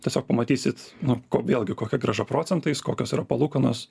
tiesiog pamatysit nu vėlgi kokia grąža procentais kokios yra palūkanos